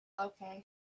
Okay